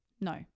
no